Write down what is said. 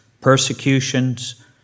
persecutions